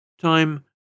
Time